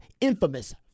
infamous